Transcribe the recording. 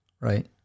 right